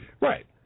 Right